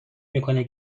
میکنی